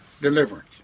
deliverance